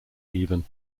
even